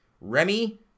Remy